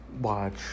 watch